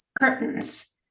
curtains